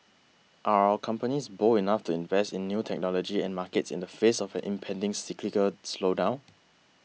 are our companies bold enough to invest in new technology and markets in the face of an impending cyclical slowdown